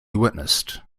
witnessed